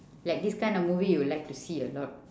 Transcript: like this kind of movie you would like to see a lot